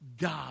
God